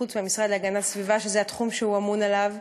חוץ מהמשרד להגנת הסביבה שזה התחום שהוא אמון עליו.